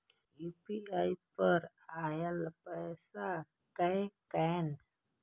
UPI पर आएल पैसा कै कैन?